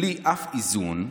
ובלי אף איזון,